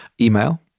email